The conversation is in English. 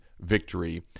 victory